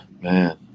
man